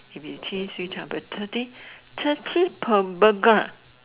if you change three hundred thirty thirty per burger